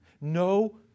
no